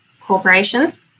corporations